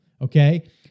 okay